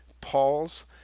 Paul's